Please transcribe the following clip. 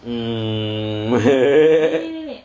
mm